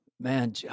Man